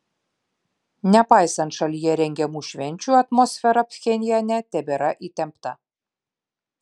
nepaisant šalyje rengiamų švenčių atmosfera pchenjane tebėra įtempta